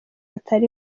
atari